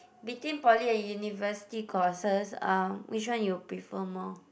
between poly and university courses uh which one you prefer more